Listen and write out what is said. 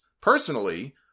Personally